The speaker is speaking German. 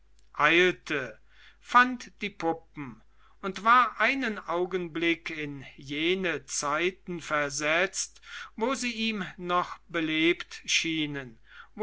eilte fand die puppen und war einen augenblick in jene zeiten versetzt wo sie ihm noch belebt schienen